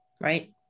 Right